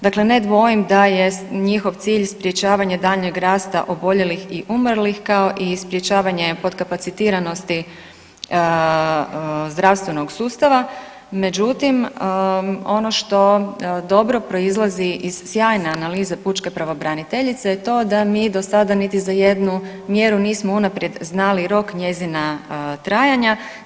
Dakle, ne dvojim da je njihov cilj sprječavanje daljnjeg rasta oboljelih i umrlih, kao i sprječavanje potkapacitiranosti zdravstvenog sustava, međutim ono što dobro proizlazi iz sjajne analize pučke pravobraniteljice je to da mi do sada niti za jednu mjeru nismo unaprijed znali rok njezina trajanja.